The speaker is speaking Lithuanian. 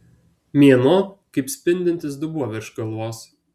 mėnuo kaip spindintis dubuo virš galvos